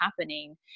happening